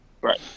Right